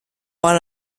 par